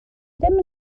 ddim